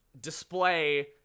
display